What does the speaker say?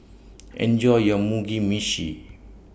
Enjoy your Mugi Meshi